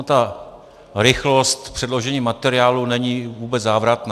Ta rychlost k předložení materiálu není vůbec závratná.